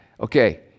Okay